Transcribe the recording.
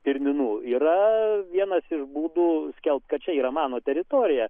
stirninų yra vienas iš būdų skelbt kad čia yra mano teritorija